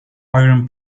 iron